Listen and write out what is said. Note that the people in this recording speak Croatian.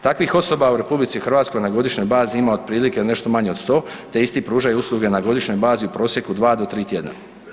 Takvih osoba u RH na godišnjoj bazi ima otprilike nešto manje od 100 te isti pružaju usluge na godišnjoj bazi u prosjeku 2 do 3 tjedna.